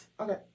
Okay